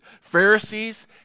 Pharisees